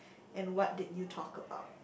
and what did you talk about